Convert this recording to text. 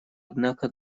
однако